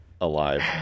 alive